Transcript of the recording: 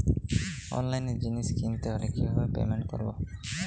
অনলাইনে জিনিস কিনতে হলে কিভাবে পেমেন্ট করবো?